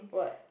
what